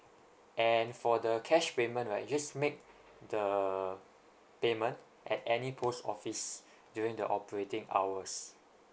and for the cash payment right you just make the payment at any post office during the operating hours